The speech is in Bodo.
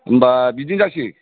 होनबा बिदि जासै